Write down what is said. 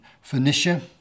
Phoenicia